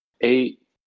eight